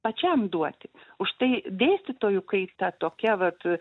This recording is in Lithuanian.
pačiam duoti užtai dėstytojų kaita tokia vat